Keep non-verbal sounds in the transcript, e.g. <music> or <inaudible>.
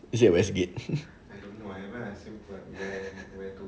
<laughs> is it at westgate